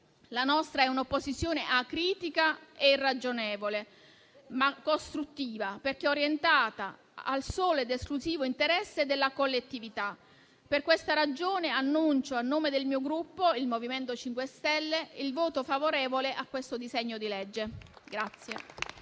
La nostra è un'opposizione acritica e ragionevole, ma costruttiva, perché orientata al solo ed esclusivo interesse della collettività. Per questa ragione annuncio, a nome del mio Gruppo, il MoVimento 5 Stelle, il voto favorevole a questo disegno di legge.